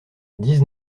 dix